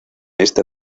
esta